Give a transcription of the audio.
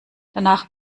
danach